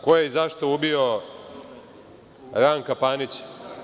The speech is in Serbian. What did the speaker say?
Ko je i zašto ubio Ranka Panića?